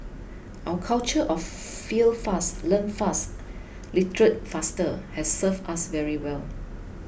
our culture of 'fail fast learn fast iterate faster' has served us very well